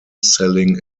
selling